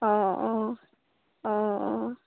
অঁ অঁ অঁ অঁ